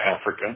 Africa